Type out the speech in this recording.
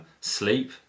sleep